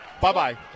Bye-bye